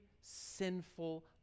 sinful